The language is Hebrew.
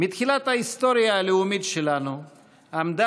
הצטרפה ישראל לרוב מדינות העולם וקיבלה